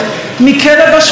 כפי שהיא צריכה להיות,